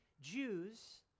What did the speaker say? Jews